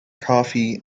coffee